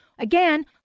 Again